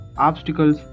obstacles